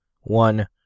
One